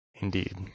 indeed